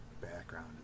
background